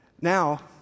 Now